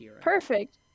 Perfect